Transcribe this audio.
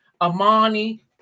Amani